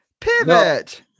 Pivot